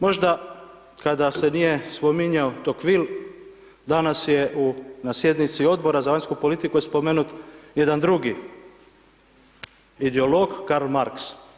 Možda kada se nije spominjao Tocqueville, danas je na sjednici Odbora za vanjsku politiku spomenut jedan drugi ideolog Karl Marx.